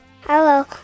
Hello